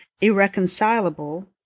irreconcilable